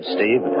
Steve